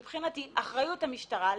מבחינתי אחריות המשטרה,